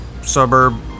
Suburb